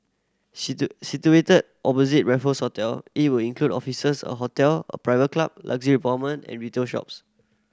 situated opposite Raffles Hotel it will include offices a hotel a private club luxury apartment and retail shops